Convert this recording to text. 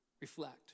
reflect